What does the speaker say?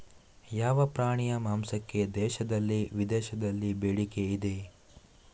ಯಾವ ಪ್ರಾಣಿಯ ಮಾಂಸಕ್ಕೆ ದೇಶದಲ್ಲಿ ವಿದೇಶದಲ್ಲಿ ಬೇಡಿಕೆ ಇದೆ?